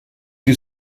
die